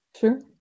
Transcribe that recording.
Sure